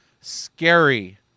scary